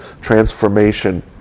transformation